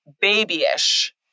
babyish